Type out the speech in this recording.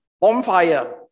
bonfire